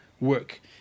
work